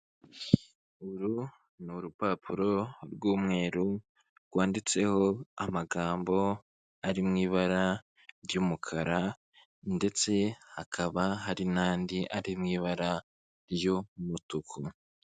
Uru ni urupapuro rw'umweru rwanditseho amagambo ari mu ibara ry'umukara ndetse hakaba hari n'andi ari mu ibara ry'umutuku.